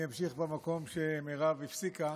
אני אמשיך במקום שמירב הפסיקה.